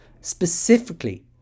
specifically